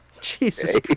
Jesus